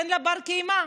אינה בת-קיימא.